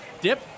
Dip